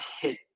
hit